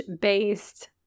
based